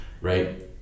right